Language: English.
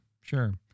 sure